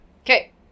Okay